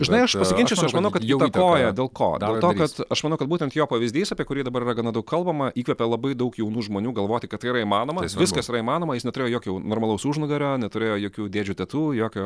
žinai aš pasiginčysiu aš manau kad įtakoja dėl ko dėl to kad aš manau kad būtent jo pavyzdys apie kurį dabar yra gana daug kalbama įkvepia labai daug jaunų žmonių galvoti kad tai yra įmanoma viskas yra įmanoma jis neturėjo jokio normalaus užnugario neturėjo jokių dėdžių tetų jokio